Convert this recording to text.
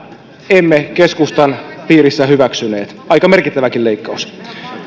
emme keskustan piirissä hyväksyneet aika merkittäväkin leikkaus me